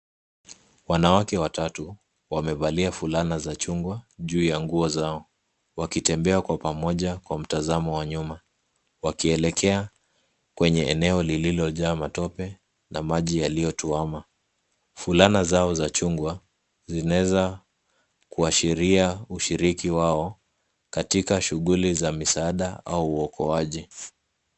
Wanawake watatu wamevalia fulana za chungwa juu ya nguo zao, wakitembea kwa pamoja kwa mtazamo wa nyuma, wakielekea kwenye eneo lililojaa matope na maji yaliyotuama. Fulana zao za chungwa zinaeza kuashiria ushiriki wao katika shughuli za misaada au uokoaji.